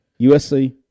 USC